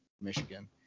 Michigan